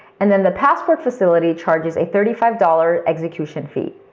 and then the passport facility charges a thirty five dollars execution fee.